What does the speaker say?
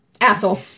Asshole